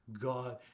God